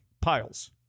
Piles